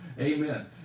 Amen